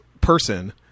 person